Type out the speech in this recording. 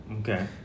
Okay